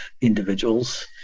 individuals